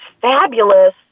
fabulous